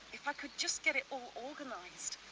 if i could just get it all organized,